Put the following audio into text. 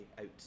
out